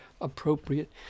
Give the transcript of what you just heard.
appropriate